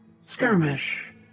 Skirmish